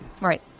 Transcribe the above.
Right